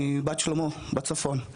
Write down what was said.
מבת שלמה בצפון.